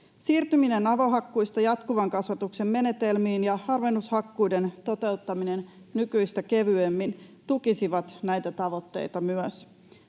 siirtyminen avohakkuista jatkuvan kasvatuksen menetelmiin ja harvennushakkuiden toteuttaminen nykyistä kevyemmin tukisivat näitä tavoitteita.